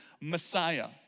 Messiah